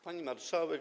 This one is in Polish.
Pani Marszałek!